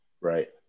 right